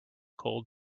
cold